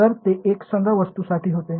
तर ते एकसंध वस्तूंसाठी होते